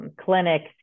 clinics